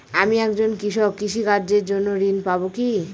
আমি একজন কৃষক কৃষি কার্যের জন্য ঋণ পাব কি?